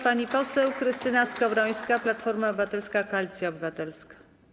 Pani poseł Krystyna Skowrońska, Platforma Obywatelska - Koalicja Obywatelska.